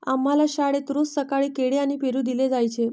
आम्हाला शाळेत रोज सकाळी केळी आणि पेरू दिले जायचे